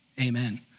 Amen